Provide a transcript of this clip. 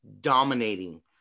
dominating